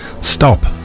Stop